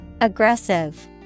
Aggressive